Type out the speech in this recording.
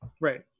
Right